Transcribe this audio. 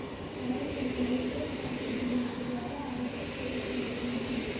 चारु, तुम्हारे लिए स्वास्थ बीमा से ज्यादा आवश्यक दुर्घटना बीमा है